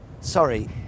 sorry